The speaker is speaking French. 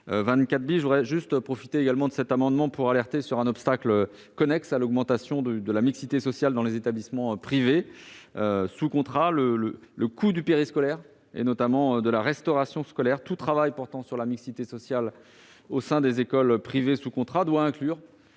l'article 24 Je profite de cet amendement pour alerter sur un obstacle connexe à l'augmentation de la mixité sociale dans les établissements privés sous contrat : le coût du périscolaire et notamment de la restauration scolaire. Tout travail portant sur la mixité sociale au sein des écoles privées sous contrat doit inclure